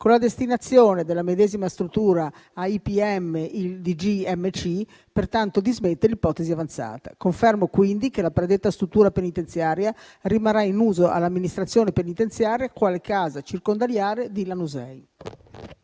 con la destinazione della medesima struttura a IPM DGMC e pertanto dismette l'ipotesi avanzata. Confermo quindi che la predetta struttura penitenziaria rimarrà in uso all'amministrazione penitenziaria quale casa circondariale di Lanusei.